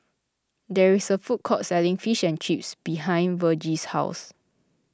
there is a food court selling Fish and Chips behind Vergie's house